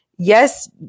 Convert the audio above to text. Yes